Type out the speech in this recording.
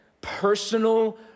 personal